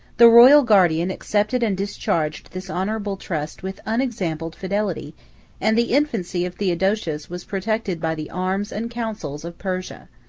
the royal guardian accepted and discharged this honorable trust with unexampled fidelity and the infancy of theodosius was protected by the arms and councils of persia.